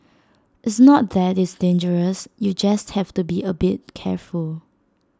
it's not that it's dangerous you just have to be A bit careful